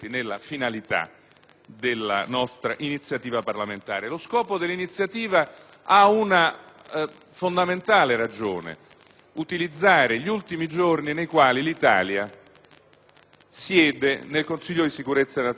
della nostra iniziativa parlamentare, il cui scopo ha una fondamentale ragione: utilizzare gli ultimi giorni nei quali l'Italia siede al Consiglio di sicurezza delle Nazioni Unite.